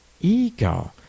ego